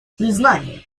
признания